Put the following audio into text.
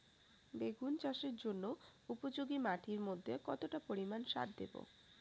বেগুন চাষের জন্য উপযোগী মাটির মধ্যে কতটা পরিমান সার দেব?